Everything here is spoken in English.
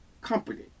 company